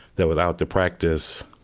that, without the practice,